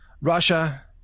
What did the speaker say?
Russia